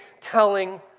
telling